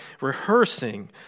Rehearsing